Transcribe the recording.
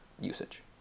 usage